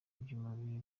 by’umubiri